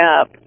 up